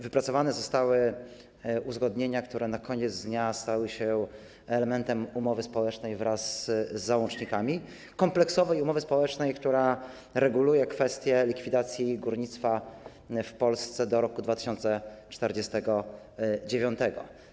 Wypracowane zostały uzgodnienia, które na koniec dnia stały się elementem umowy społecznej wraz z załącznikami, kompleksowej umowy społecznej, która reguluje kwestie likwidacji górnictwa w Polsce do roku 2049.